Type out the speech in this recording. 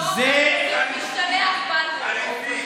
כשעופר כסיף השתלח בנו?